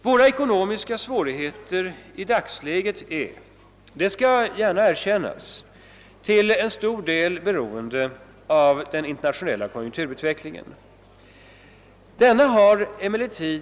Våra ekonomiska svårigheter i dagsläget är — det skall gärna erkännas — till stor del beroende av den internationella konjunkturutvecklingen.